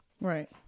Right